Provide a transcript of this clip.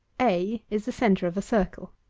a, is the centre of a circle,